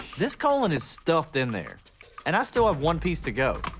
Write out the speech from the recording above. this colon is stuffed in there and i still have one piece to go